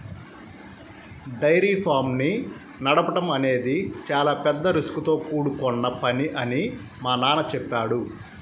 dairy farms ని నడపడం అనేది చాలా పెద్ద రిస్కుతో కూడుకొన్న పని అని మా నాన్న చెప్పాడు